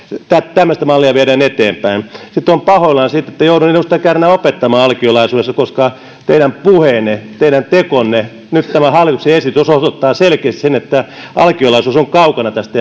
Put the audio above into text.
tämmöistä mallia viedään eteenpäin sitten olen pahoillani siitä että jouduin edustaja kärnä opettamaan alkiolaisuudesta koska teidän puheenne teidän tekonne nyt tämä hallituksen esitys osoittavat selkeästi sen että alkiolaisuus on kaukana tästä